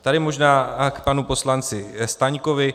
Tady možná k panu poslanci Staňkovi.